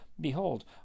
Behold